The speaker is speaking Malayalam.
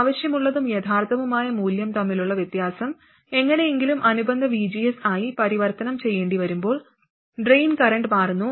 ആവശ്യമുള്ളതും യഥാർത്ഥവുമായ മൂല്യം തമ്മിലുള്ള വ്യത്യാസം എങ്ങനെയെങ്കിലും അനുബന്ധ vgs ആയി പരിവർത്തനം ചെയ്യേണ്ടിവരുമ്പോൾ ഡ്രെയിൻ കറന്റ് മാറുന്നു